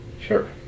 Sure